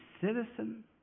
citizen